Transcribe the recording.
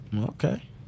Okay